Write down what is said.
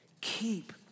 Keep